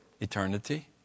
eternity